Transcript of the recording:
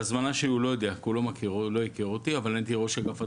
בהזמנה שהוא לא יודע כי הוא לא הכיר אותי אבל הייתי ראש אגף הדרכה,